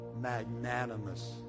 magnanimous